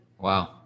Wow